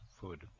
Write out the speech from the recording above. food